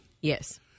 Yes